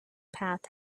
path